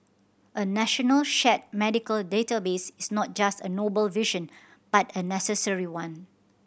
a national shared medical database is not just a noble vision but a necessary one